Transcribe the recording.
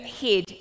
head